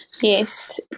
Yes